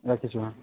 ৰাখিছোঁ হা